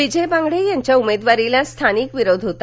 विजय बांगडे यांच्या उमेदवारीला स्थानिक विरोध होता